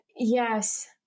yes